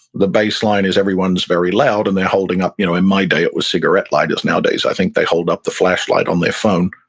the baseline is everyone is very loud and they're holding up, you know in my day, it was cigarette lighters nowadays, i think they hold up the flashlight on their phone.